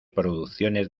producciones